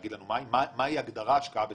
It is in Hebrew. מהי ההגדרה השקעה בתשתיות?